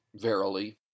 verily